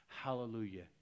hallelujah